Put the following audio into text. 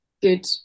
good